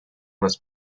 this